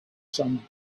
some